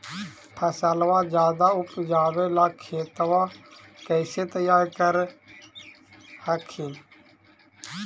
फसलबा ज्यादा उपजाबे ला खेतबा कैसे तैयार कर हखिन?